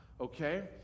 okay